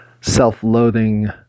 self-loathing